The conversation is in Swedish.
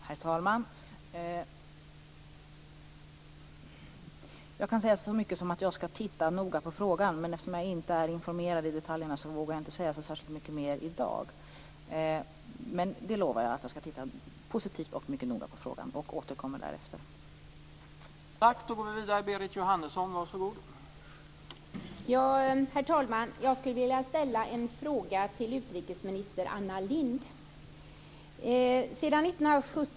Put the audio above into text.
Herr talman! Jag kan säga så mycket som att jag skall titta noga på frågan. Men eftersom jag inte är informerad om detaljerna vågar jag inte säga så särskilt mycket mer i dag. Men jag lovar att jag skall se positivt och mycket noga på frågan och att jag därefter återkommer.